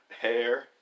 Hair